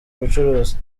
bucuruzi